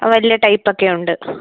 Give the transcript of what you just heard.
വലിയ ടൈപ്പൊക്കെ ഉണ്ട്